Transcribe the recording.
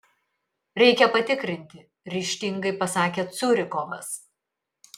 reikia patikrinti ryžtingai pasakė curikovas